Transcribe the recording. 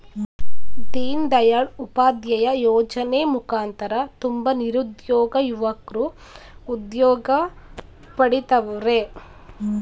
ದೀನ್ ದಯಾಳ್ ಉಪಾಧ್ಯಾಯ ಯೋಜನೆ ಮುಖಾಂತರ ತುಂಬ ನಿರುದ್ಯೋಗ ಯುವಕ್ರು ಉದ್ಯೋಗ ಪಡಿತವರ್ರೆ